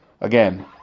again